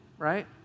Right